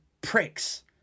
pricks